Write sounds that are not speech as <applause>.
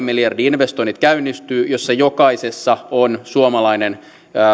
<unintelligible> miljardin investoinnit käynnistyvät joissa jokaisessa on suomalainen